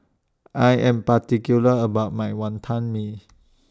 I Am particular about My Wonton Mee